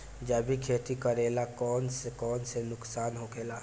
जैविक खेती करला से कौन कौन नुकसान होखेला?